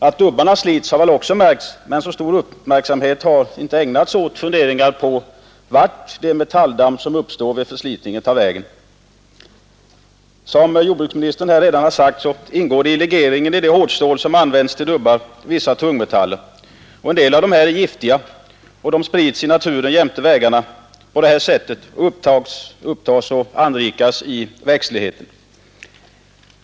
Att dubbarna slits har väl också märkts, men så stor uppmärksamhet har inte ägnats åt funderingar på vart det metalldamm som uppstår vid förslitningen tar vägen. Som jordbruksministern sagt ingår i legeringen i det hårdstål som används till dubbar vissa tungmetaller. En del av dessa är giftiga. De sprids i naturen efter vägarna, och de upptas och anrikas i växtligheten.